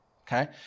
okay